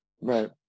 Right